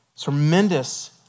tremendous